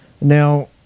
Now